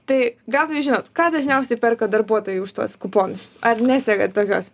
tai gal jūs žinot ką dažniausiai perka darbuotojai už tuos kuponus ar nesekat tokios